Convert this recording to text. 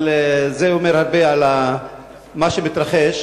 אבל זה אומר הרבה על מה שמתרחש.